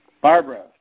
Barbara